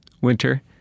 winter